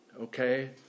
okay